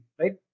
right